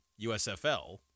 USFL